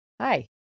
Hi